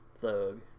thug